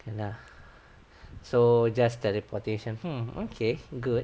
okay lah so just teleportation hmm okay good